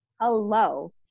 hello